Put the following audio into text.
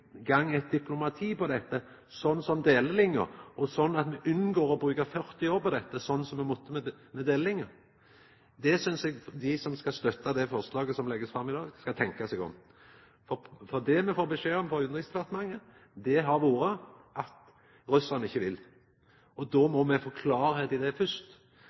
gang eit diplomati når det gjeld dette, som med delelinja, slik at ein unngår å bruka 40 år på det, som me måtte med delelinja? Eg synest at dei som vil støtta det forslaget som blir lagt fram i dag, skal tenkja seg om. Det me har fått beskjed om frå Utanriksdepartementet, har vore at russarane ikkje vil. Då må me få klarleik i det